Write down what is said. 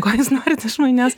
ko jūs norit iš manęs